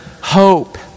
hope